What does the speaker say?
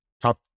Top